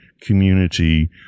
community